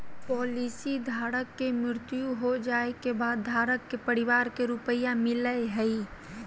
policy धारक के मृत्यु हो जाइ के बाद धारक के परिवार के रुपया मिलेय हइ